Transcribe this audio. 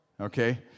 Okay